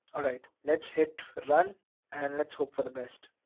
alright, let's hit run and let's hope for the best.